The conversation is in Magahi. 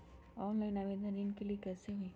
ऑनलाइन आवेदन ऋन के लिए कैसे हुई?